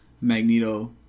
Magneto